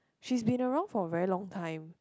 she's been around for a very long time